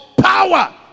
power